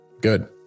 Good